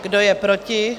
Kdo je proti?